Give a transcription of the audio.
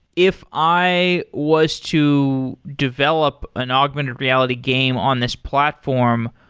if i was to develop an augmented reality game on this platform,